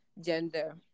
gender